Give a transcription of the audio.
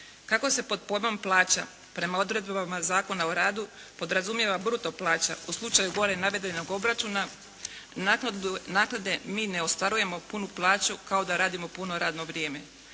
Kako se pod pojmom plaća prema odredbama Zakona o radu podrazumijeva bruto plaća u slučaju gore navedenog obračuna naknade mi ne ostvarujemo punu plaću kao da radimo puno radno vrijeme.